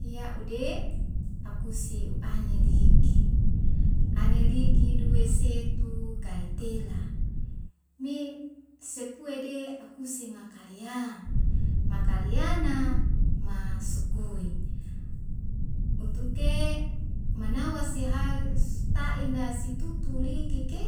Ya ude akuse uane liki, ane liki duwe setu kai tele me sepuede akuse makalia makaliana masukue utuke manawa sehai taina situtu likike